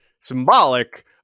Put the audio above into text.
symbolic